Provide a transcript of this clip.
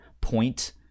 point